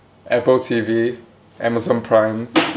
apple T_V amazon prime